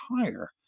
higher